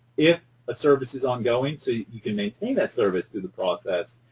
if a service is ongoing so you can maintain that service through the process,